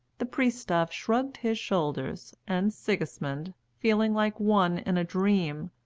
the pristav shrugged his shoulders, and sigismund, feeling like one in a dream,